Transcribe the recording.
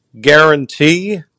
guarantee